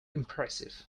impressive